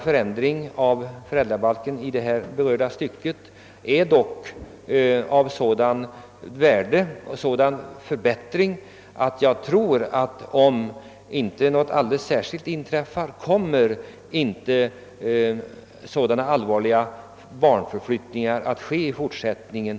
Förändringen av föräldrabalken i det här berörda stycket innebär dock en sådan förbättring, att jag inte tror — om inte något alldeles särskilt inträffar — att så allvarliga barnförflyttningar som tidigare ägt rum kommer att ske i fortsättningen.